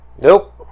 Nope